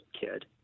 kid